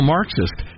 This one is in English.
Marxist